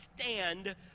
stand